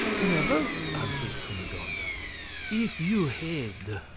never, answered cunegonde. ah if you had,